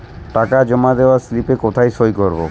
টাকা জমা দেওয়ার স্লিপে কোথায় সই করব?